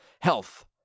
Health